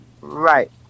Right